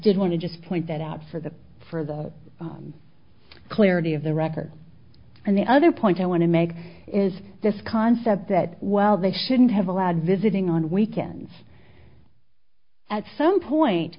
did want to just point that out for the for the clarity of the record and the other point i want to make is this concept that while they shouldn't have allowed visiting on weekends at some point